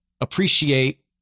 Appreciate